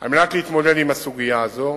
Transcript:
על מנת להתמודד עם הסוגיה הזאת: